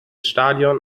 stadion